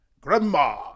Grandma